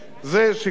אלה הנתונים.